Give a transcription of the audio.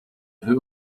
who